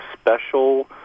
special